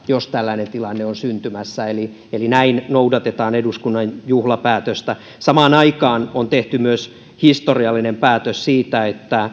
jos tällainen tilanne on syntymässä eli näin noudatetaan eduskunnan juhlapäätöstä samaan aikaan on tehty myös historiallinen päätös siitä